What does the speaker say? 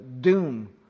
doom